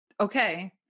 okay